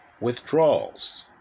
withdrawals